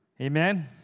Amen